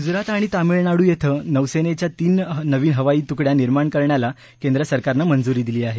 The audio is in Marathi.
गुजरात आणि तामिळनाडू क्वें नौसेनेच्या तीन नवीन हवाई तुकड्या निर्माण करण्याला केंद्रसरकारनं मंजुरी दिली आहे